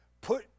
put